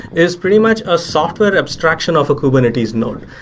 is pretty much a software abstraction of a kubernetes node.